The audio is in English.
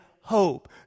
hope